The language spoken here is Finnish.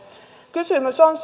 kysymys on